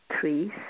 Trees